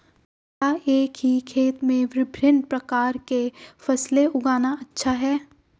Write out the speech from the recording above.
क्या एक ही खेत में विभिन्न प्रकार की फसलें उगाना अच्छा है?